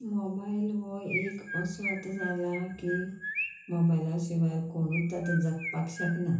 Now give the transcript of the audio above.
mobile हो एक असो आतां जाला की मोबायला शिवाय कोणूच आतां जगपाक शकना